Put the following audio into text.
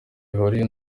bihuriye